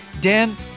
Dan